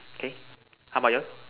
okay how about yours